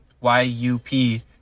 Y-U-P